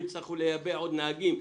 אם יצטרכו לייבא עוד נהגים,